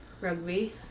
Rugby